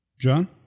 John